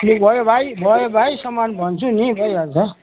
ठिक भयो भाइ भयो भाइ सामान भन्छु नि भइहाल्छ